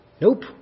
nope